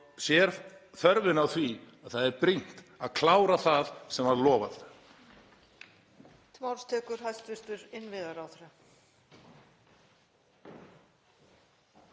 sér þörfina á því. Það er brýnt að klára það sem var lofað.